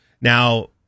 Now